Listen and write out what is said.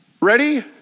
Ready